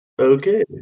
Okay